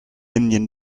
indian